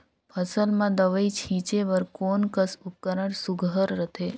फसल म दव ई छीचे बर कोन कस उपकरण सुघ्घर रथे?